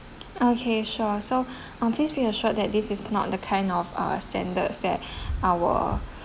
okay sure so um please be assured that this is not the kind of uh standards that our